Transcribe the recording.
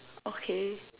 okay